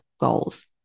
goals